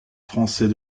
français